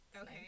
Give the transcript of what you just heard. Okay